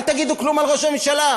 אל תגידו כלום על ראש הממשלה,